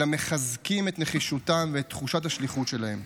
אלא מחזקים את נחישותם ואת תחושת השליחות שלהם.